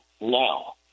now